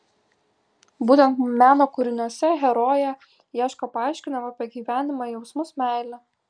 būtent meno kūriniuose herojė ieško paaiškinimo apie gyvenimą jausmus meilę